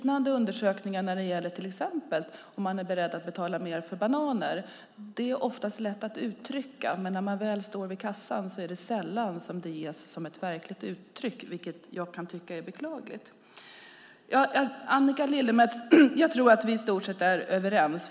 När det till exempel gäller om man är beredd att betala mer för bananer är det ofta lätt att uttrycka att man är det, men när man väl står vid kassan är det sällan som det ges verkligt uttryck, vilket jag kan tycka är beklagligt. Annika Lillemets, jag tror att vi är i stort sett överens.